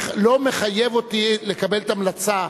לא מחייב אותי לקבל המלצה,